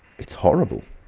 it's horrible,